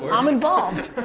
um involved.